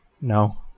No